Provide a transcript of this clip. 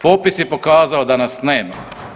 Popis je pokazao da nas nema.